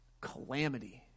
calamity